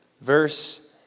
Verse